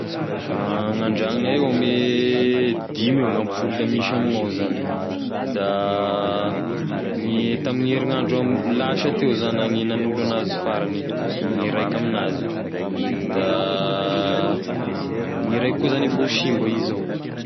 Gn'andrognonay eo ame dimy eo gn'ampoly misy amigna zany da gne tamine herignandro ambon- lasa teo zany ah gne nanolo anazy farany gne raika aminazy io, da gne raiky koa zany efa ho simba izy ao.